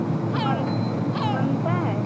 क़िस्त बन क़िस्त बनती है